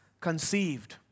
conceived